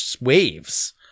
waves